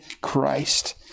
Christ